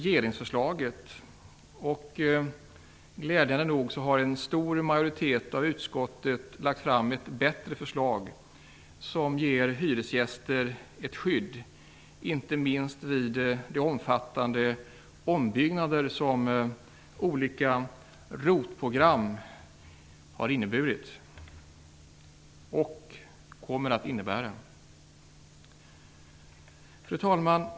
Glädjande nog har en stor majoritet i utskottet lagt fram ett bättre förslag som ger hyresgäster ett skydd, inte minst vid de omfattande ombyggnader som olika ROT-program har inneburit och kommer att innebära. Fru talman!